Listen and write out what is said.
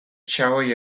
xaboi